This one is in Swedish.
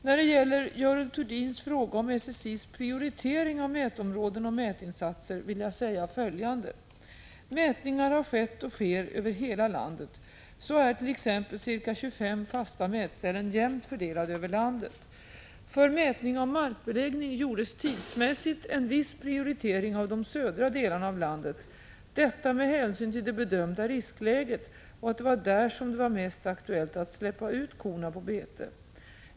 När det gäller Görel Thurdins fråga om SSI:s prioritering av mätområden och mätinsatser vill jag säga följande. Mätningar har skett, och sker, över hela landet. Så är t.ex. ca 25 fasta mätställen jämnt fördelade över landet. För mätning av markbeläggning gjordes tidsmässigt en viss prioritering av de södra delarna av landet — detta med hänsyn till det bedömda riskläget och till att det var där som det var mest aktuellt att släppa ut korna på bete.